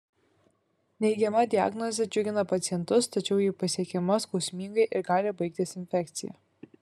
neigiama diagnozė džiugina pacientus tačiau ji pasiekiama skausmingai ir gali baigtis infekcija